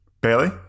Bailey